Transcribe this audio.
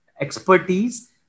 expertise